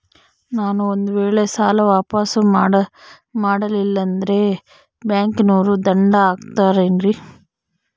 ನಾನು ಒಂದು ವೇಳೆ ಸಾಲ ವಾಪಾಸ್ಸು ಮಾಡಲಿಲ್ಲಂದ್ರೆ ಬ್ಯಾಂಕನೋರು ದಂಡ ಹಾಕತ್ತಾರೇನ್ರಿ?